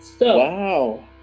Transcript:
Wow